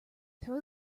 throw